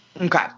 Okay